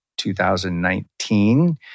2019